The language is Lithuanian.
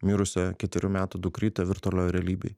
mirusią ketverių metų dukrytę virtualioj realybėj